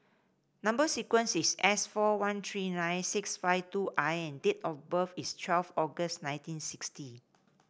number sequence is S four one three nine six five two I and date of birth is twelve August nineteen sixty